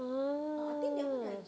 ah